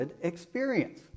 experience